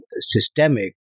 systemic